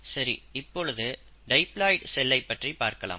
சரி இப்பொழுது டைப்லாய்டு செல்லை பற்றி பார்க்கலாம்